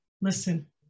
Listen